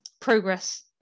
progress